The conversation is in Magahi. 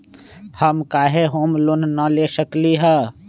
हम काहे होम लोन न ले सकली ह?